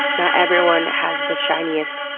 not everyone has the shiniest,